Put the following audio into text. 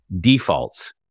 defaults